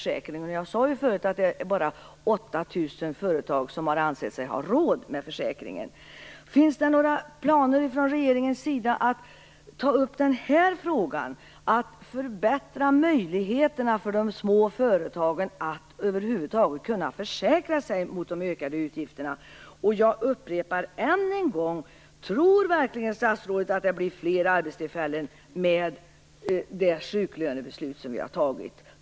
Som jag sade tidigare är det också bara 8 000 företag som har ansett sig ha råd med försäkringen. Har regeringen några planer på att ta upp den här frågan, att förbättra möjligheterna för de små företagen att över huvud taget kunna försäkra sig mot de ökade utgifterna? Jag frågar sedan än en gång: Tror verkligen statsrådet att det blir fler arbetstillfällen med det sjuklönebeslut som vi har fattat?